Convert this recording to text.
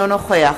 אינו נוכח